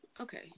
okay